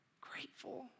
grateful